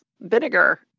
vinegar